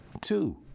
Two